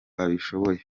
abishoboye